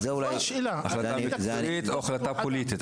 או תקציבית או החלטה פוליטית.